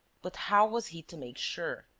but how was he to make sure?